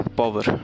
power